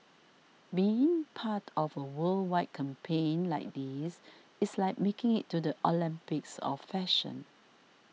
being part of a worldwide campaign like this it's like making it to the Olympics of fashion